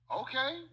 okay